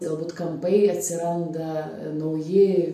galbūt kampai atsiranda nauji